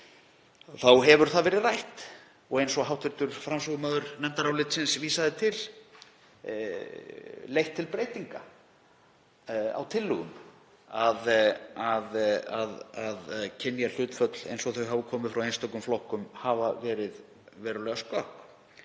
þá hefur þetta verið rætt og eins og hv. framsögumaður nefndarálitsins vísaði til hefur það leitt til breytinga á tillögum að kynjahlutföll, eins og þau hafa komið frá einstökum flokkum, hafa verið verulega skökk.